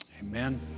Amen